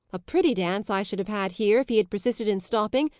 a pretty dance i should have had here, if he had persisted in stopping,